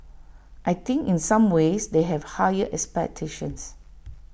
I think in some ways they have higher expectations